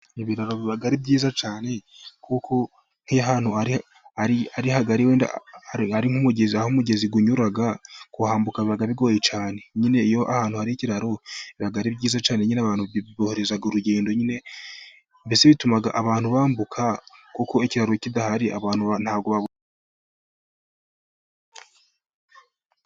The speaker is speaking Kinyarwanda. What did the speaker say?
Ibiraro biba ari byiza cyane, kuko nk'iyo ahantu ari hagari wenda hari nk'umugezi aho umugezi unyura, kuhambuka biba bigoye cyane, nyine iyo ahantu hari ikiraro biba ari byiza cyane, nyine abantu biborohereza urugendo, nyine mbese bituma abantu bambuka, kuko ikiraro kidahari abantu ntabwo......